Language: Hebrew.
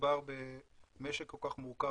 כשמדובר במשק כל כך מורכב,